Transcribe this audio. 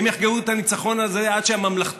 הם יחגגו את הניצחון הזה עד שהממלכתיות